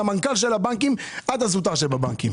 מהמנכ"ל של הבנקים עד הזוטר של הבנקים.